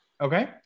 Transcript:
Okay